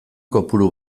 kopuru